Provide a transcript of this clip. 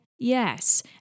Yes